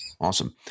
Awesome